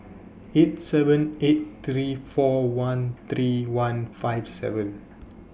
eight seven eight three four one three one five seven